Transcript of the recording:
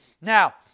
Now